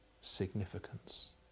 significance